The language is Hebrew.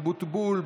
משה אבוטבול,